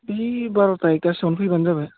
बै बार'था एकथासोआव फैबानो जाबाय